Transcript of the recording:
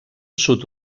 sud